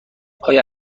آیا